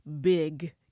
big